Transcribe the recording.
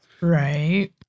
Right